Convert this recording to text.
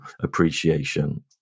appreciation